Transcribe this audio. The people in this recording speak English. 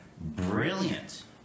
brilliant